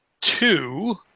two